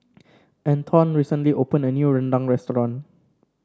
Antone recently opened a new rendang restaurant